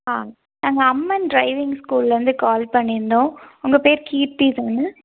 ஆ நாங்கள் அம்மன் ட்ரைவிங் ஸ்கூல்லிருந்து கால் பண்ணி இருந்தோம் உங்கள் பேர் கீர்த்தி தானே